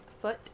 foot